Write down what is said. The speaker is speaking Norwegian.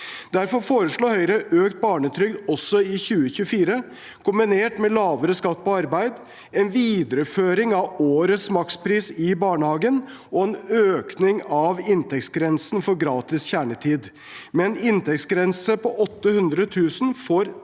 Høyre foreslår derfor økt barnetrygd også i 2024, kombinert med lavere skatt på arbeid, en videreføring av årets makspris i barnehagen og en økning i inntektsgrensen for gratis kjernetid. Med en inntektsgrense på 800 000 kr